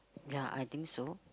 ya I think so